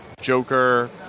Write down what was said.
Joker